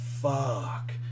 fuck